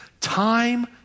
Time